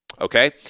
okay